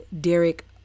Derek